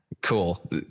Cool